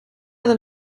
than